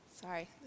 sorry